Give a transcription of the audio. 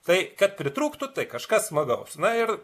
tai kad pritrūktų tai kažkas smagaus na ir